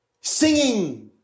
singing